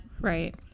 Right